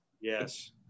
Yes